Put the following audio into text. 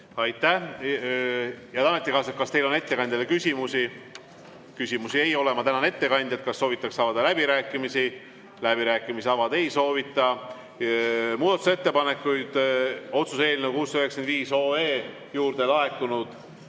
Aitäh! Head ametikaaslased, kas teil on ettekandjale küsimusi? Küsimusi ei ole. Ma tänan ettekandjat. Kas soovitakse avada läbirääkimisi? Läbirääkimisi avada ei soovita. Muudatusettepanekuid otsuse eelnõu 695 kohta laekunud